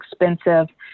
expensive